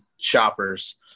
shoppers